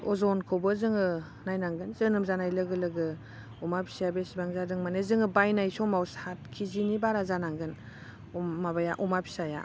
अज'नखौबो जोङो नायनांगोन जोनोम जानाय लोगो लोगो अमा फिसाया बिसिबां जादों माने जोङो बायनाय समाव सात किजिनि बारा जानांगोन माबाया अमा फिसाया